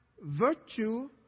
virtue